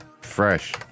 fresh